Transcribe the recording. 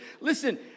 Listen